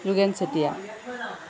Jogen Chetia